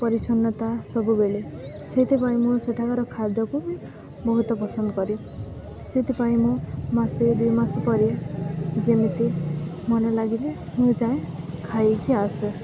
ପରିଚ୍ଛନ୍ନତା ସବୁବେଳେ ସେଇଥିପାଇଁ ମୁଁ ସେଠାକାର ଖାଦ୍ୟକୁ ବହୁତ ପସନ୍ଦ କରେ ସେଥିପାଇଁ ମୁଁ ମାସେ ଦୁଇ ମାସ ପରେ ଯେମିତି ମନ ଲାଗିଲେ ମୁଁ ଯାଏଁ ଖାଇକି ଆସେ